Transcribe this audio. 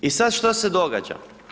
I sada što se događa?